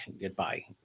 Goodbye